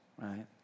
right